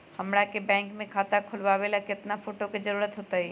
हमरा के बैंक में खाता खोलबाबे ला केतना फोटो के जरूरत होतई?